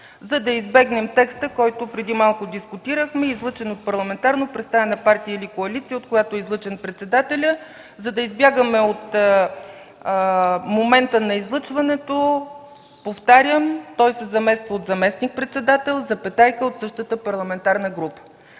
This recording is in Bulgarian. за да избегнем текста, който преди малко дискутирахме – „излъчен от парламентарно представена партия или коалиция, от която е излъчен председателя.”, за да избегнем момента на излъчването. Повтарям: „той се замества от заместник-председател от същата парламентарна група”.